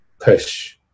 push